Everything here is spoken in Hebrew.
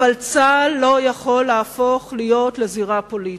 אבל צה"ל לא יכול להפוך, להיות, לזירה פוליטית.